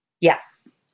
Yes